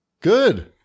Good